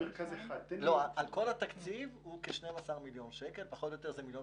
כל התקציב הוא כ-12 מיליון שקל, זה כ-1.5 מיליון